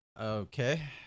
Okay